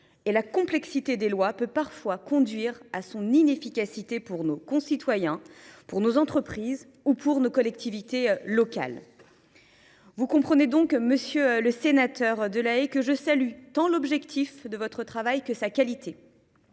et la complexité des lois peut parfois conduire à leur inefficacité pour nos concitoyens, nos entreprises et nos collectivités territoriales. Vous comprenez donc, monsieur le sénateur Delahaye, que je salue tant l’objectif de votre travail que sa qualité.